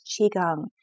qigong